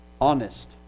honest